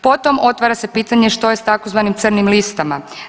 Potom, otvara se pitanje što se s tzv. crnim listama.